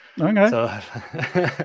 Okay